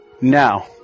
now